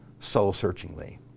soul-searchingly